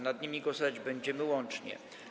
Nad nimi głosować będziemy łącznie.